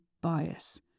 bias